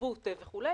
תרבות וכו',